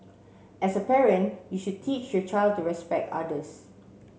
as a parent you should teach your child to respect others